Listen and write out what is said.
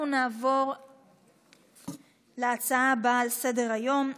אנחנו נעבור להצעה הבאה על סדר-היום,